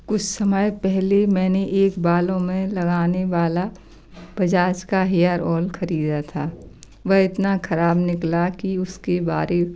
कुछ समय पहले मैंने एक बालों में लगाने वाला बजाज का हेयर ऑल ख़रीदा था वह इतना ख़राब निकला कि उसके बारे